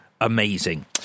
amazing